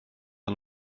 yng